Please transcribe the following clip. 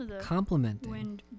Complimenting